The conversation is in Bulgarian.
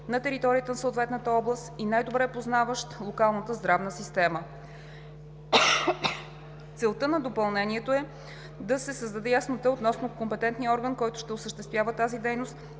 на територията на съответната област и най-добре познаващ локалната здравна система. Целта на допълнението е да се създаде яснота относно компетентния орган, който ще осъществява тази дейност,